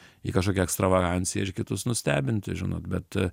į kažkokią ekstravaganciją ir kitus nustebinti žinot bet